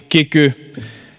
kikyn